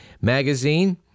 magazine